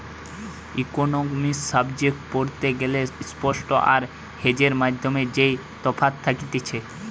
economics subject পড়তে গ্যালে spot আর হেজের মধ্যে যেই তফাৎ থাকতিছে